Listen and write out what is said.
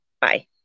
Bye